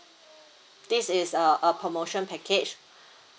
this is a a promotion package